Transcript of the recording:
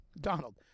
Donald